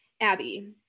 Abby